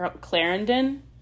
Clarendon